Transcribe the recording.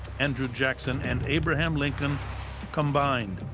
andrew jackson, and abraham lincoln combined.